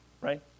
right